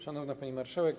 Szanowna Pani Marszałek!